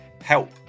help